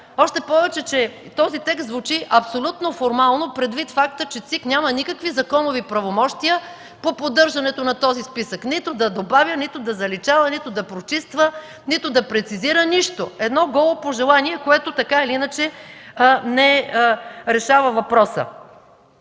по тях. Този текст звучи абсолютно формално, предвид факта, че ЦИК няма никакви законови правомощия по поддържането на този списък – нито да добавя, нито да заличава, нито да почиства, нито да прецизира. Нищо – едно голо пожелание, което така или иначе не решава въпроса.